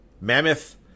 Mammoth